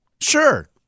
Sure